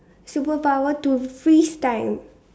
superpower to freeze time